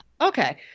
Okay